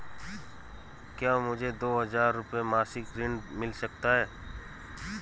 क्या मुझे दो हज़ार रुपये मासिक ऋण मिल सकता है?